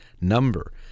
number